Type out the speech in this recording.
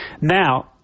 Now